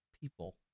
people